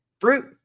fruit